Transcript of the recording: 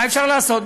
מה אפשר לעשות,